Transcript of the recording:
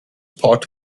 part